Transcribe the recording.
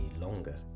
longer